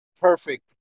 perfect